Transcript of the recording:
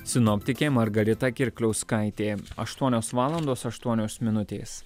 sinoptikė margarita kirkliauskaitė aštuonios valandos aštuonios minutės